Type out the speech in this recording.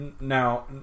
now